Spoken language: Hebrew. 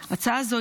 בבקשה.